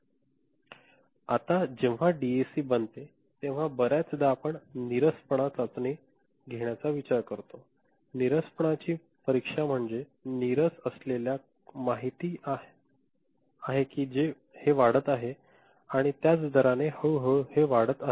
Refer Slide Time 1934 आता जेव्हा DAC बनते तेव्हा बर्याचदा आपण नीरसपणा चाचणी घेण्याचा विचार करता नीरसपणाची परीक्षा म्हणजे नीरस आपल्याला माहित आहे की हे वाढत आहे आणि त्याच दराने हळूहळू ते आहे वाढत आहे